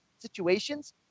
Situations